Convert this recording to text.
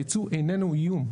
הייצוא איננו איום.